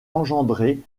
engendré